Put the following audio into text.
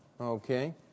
Okay